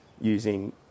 using